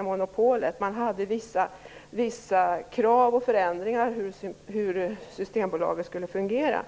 systembolags monopol. Man hade vissa krav på förändringar i hur Systembolaget skulle fungera.